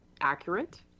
accurate